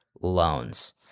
loans